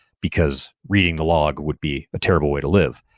because reading the log would be a terrible way to live.